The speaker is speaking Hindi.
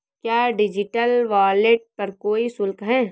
क्या डिजिटल वॉलेट पर कोई शुल्क है?